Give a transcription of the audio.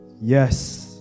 Yes